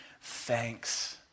thanks